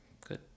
Good